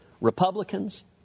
Republicans